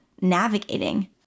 navigating